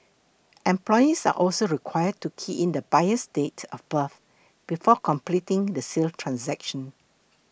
employees are also required to key in the buyer's date of birth before completing the sale transaction